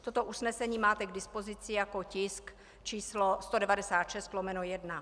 Toto usnesení máte k dispozici jako tisk číslo 196/1.